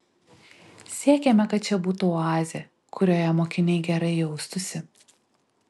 siekiame kad čia būtų oazė kurioje mokiniai gerai jaustųsi